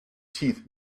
teeth